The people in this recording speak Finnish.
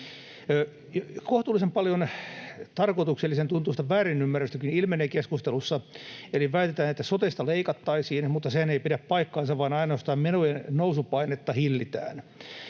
Kohtuullisen paljon tarkoituksellisen tuntuista väärinymmärrystäkin ilmenee keskustelussa. Väitetään, että sotesta leikattaisiin, mutta sehän ei pidä paikkaansa, vaan ainoastaan menojen nousupainetta hillitään.